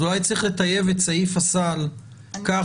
אז אולי צריך לטייב את סעיף הסל כך